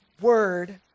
word